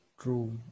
True